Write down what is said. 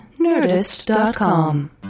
nerdist.com